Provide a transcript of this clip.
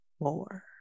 more